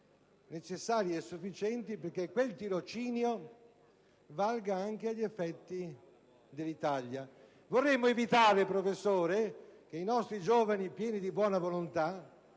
necessari e sufficienti perché quel tirocinio valga anche in Italia. Vorremo evitare, professor Ichino, che i nostri giovani pieni di buona volontà